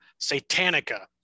Satanica